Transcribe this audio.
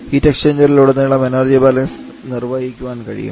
heat എക്സ്ചേഞ്ചറിലുടനീളം energy balance നിർവഹിക്കാൻ കഴിയും